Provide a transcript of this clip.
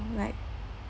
like